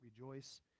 rejoice